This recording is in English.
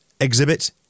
exhibit